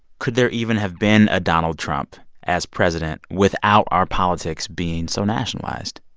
could there even have been a donald trump as president without our politics being so nationalized?